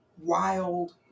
wild